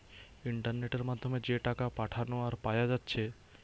ইন্টারনেটের মাধ্যমে যে টাকা পাঠানা আর পায়া যাচ্ছে